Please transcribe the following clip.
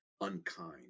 unkind